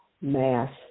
mass